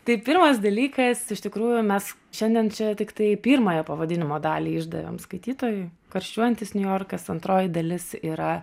tai pirmas dalykas iš tikrųjų mes šiandien čia tiktai pirmąją pavadinimo dalį išdavėm skaitytojui karščiuojantis niujorkas antroji dalis yra